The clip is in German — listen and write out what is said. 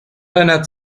deiner